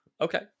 Okay